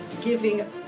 giving